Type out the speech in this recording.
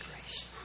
grace